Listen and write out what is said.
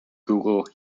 google